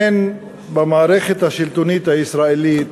אין במערכת השלטונית הישראלית